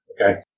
Okay